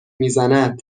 میزند